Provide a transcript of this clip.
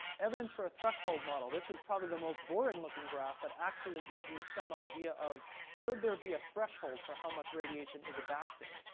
evidence for a threshold model. this is probably the most boring-looking graph that actually gives you some idea of, should there be a threshold for how much radiation is a bad thing?